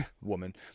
woman